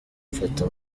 mfata